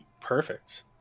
perfect